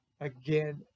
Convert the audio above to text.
again